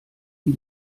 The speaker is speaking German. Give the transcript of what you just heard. die